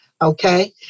Okay